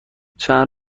چند